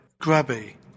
grubby